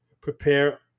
prepare